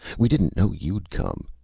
we didn't know you'd come.